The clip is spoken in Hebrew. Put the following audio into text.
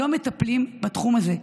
לא מטפלים בתחום הזה.